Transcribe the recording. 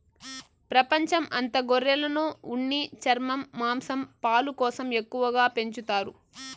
ప్రపంచం అంత గొర్రెలను ఉన్ని, చర్మం, మాంసం, పాలు కోసం ఎక్కువగా పెంచుతారు